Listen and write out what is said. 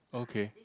okay